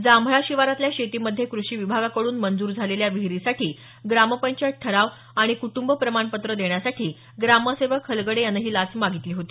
जांभळा शिवारातल्या शेतीमध्ये कृषी विभागाकडून मंजूर झालेल्या विहीरीसाठी ग्रामपंचायत ठराव आणि कुटंब प्रमाणपत्र देण्यासाठी ग्रामसेवक हलगडे यांनं ही लाच मागितली होती